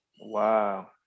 Wow